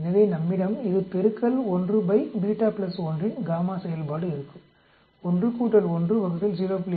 எனவே நம்மிடம் இது பெருக்கல் 1 by β1இன் காமா செயல்பாடு இருக்கும் 1 1 0